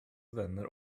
vänner